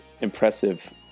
impressive